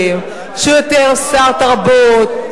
צריך לחשוב על זה קודם,